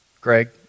Greg